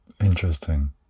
Interesting